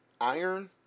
iron